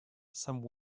some